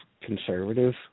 conservative